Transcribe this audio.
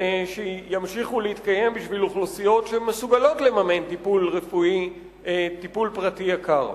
שימשיכו להתקיים בשביל אוכלוסיות שמסוגלות לממן טיפול רפואי פרטי יקר.